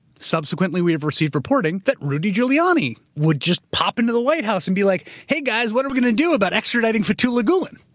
subsequently we have received reporting that rudy giuliani would just pop into the white house and be like, hey guys, what are we going to do about extraditing fethullah gulen?